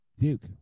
Duke